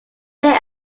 there